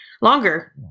longer